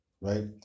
right